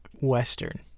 Western